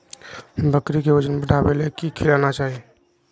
बकरी के वजन बढ़ावे ले की खिलाना चाही?